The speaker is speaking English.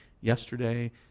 Yesterday